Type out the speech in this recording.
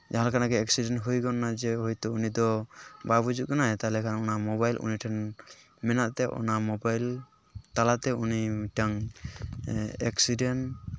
ᱡᱟᱦᱟᱸ ᱞᱮᱠᱟᱱᱟᱜ ᱜᱮ ᱮᱠᱥᱤᱰᱮᱱᱴ ᱦᱩᱭ ᱜᱚᱫ ᱮᱱᱟ ᱡᱮ ᱦᱚᱭᱛᱳ ᱩᱱᱤᱫᱚ ᱵᱟᱝ ᱵᱩᱡᱩᱜ ᱠᱟᱱᱟ ᱛᱟᱦᱚᱞᱮ ᱠᱷᱟᱱ ᱚᱱᱟ ᱢᱳᱵᱟᱭᱤᱞ ᱩᱱᱤ ᱴᱷᱮᱱ ᱢᱮᱱᱟᱜ ᱛᱮ ᱚᱱᱟ ᱢᱳᱵᱟᱭᱤᱞ ᱛᱟᱞᱟᱛᱮ ᱩᱱᱤ ᱢᱤᱫᱴᱟᱱ ᱮᱠᱥᱤᱰᱮᱱᱴ